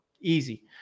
easy